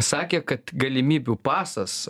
sakė kad galimybių pasas